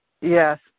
Yes